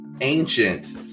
ancient